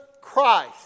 Christ